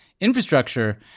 infrastructure